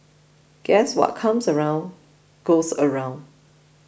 guess what comes around goes around